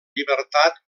llibertat